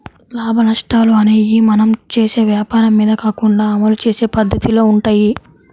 లాభనష్టాలు అనేయ్యి మనం చేసే వ్వాపారం మీద కాకుండా అమలు చేసే పద్దతిలో వుంటయ్యి